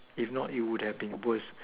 if not it would have been worse